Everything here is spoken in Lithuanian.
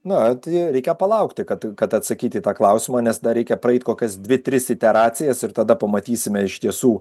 na tai reikia palaukti kad kad atsakyt į tą klausimą nes dar reikia praeit kokias dvi tris iteracijas ir tada pamatysime iš tiesų